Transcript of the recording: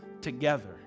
together